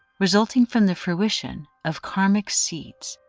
resulting from the fruition of karmic seeds,